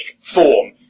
form